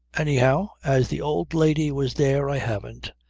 anyhow, as the old lady was there i haven't,